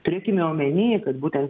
turėkime omeny kad būten